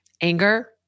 anger